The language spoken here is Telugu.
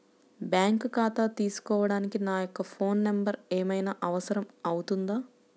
బ్యాంకు ఖాతా తీసుకోవడానికి నా యొక్క ఫోన్ నెంబర్ ఏమైనా అవసరం అవుతుందా?